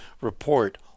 report